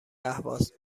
اهواز